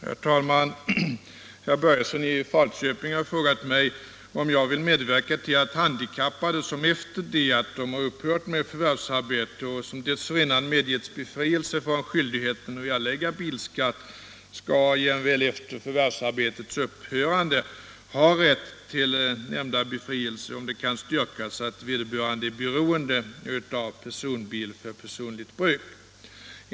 Herr talman! Herr Börjesson i Falköping har frågat mig om jag vill medverka till att handikappade som upphört med förvärvsarbete och som dessförinnan medgetts befrielse från skyldigheten att erlägga bilskatt, skall jämväl efter förvärvsarbetets upphörande ha rätt till nämnda befrielse, om det kan styrkas att vederbörande är beroende av personbil för personligt bruk.